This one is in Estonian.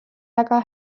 väga